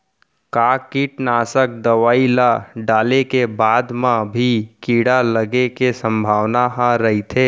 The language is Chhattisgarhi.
का कीटनाशक दवई ल डाले के बाद म भी कीड़ा लगे के संभावना ह रइथे?